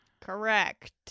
Correct